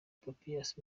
papias